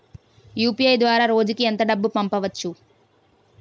UPI ద్వారా రోజుకి ఎంత డబ్బు పంపవచ్చు?